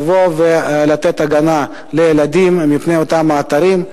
ולבוא ולתת הגנה לילדים מפני אותם אתרים.